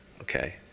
okay